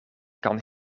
kan